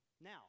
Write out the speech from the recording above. now